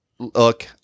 look